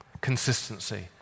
Consistency